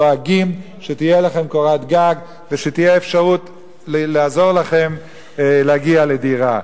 דואגים שתהיה לכם קורת גג ושתהיה אפשרות לעזור לכם להגיע לדירה.